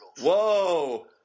Whoa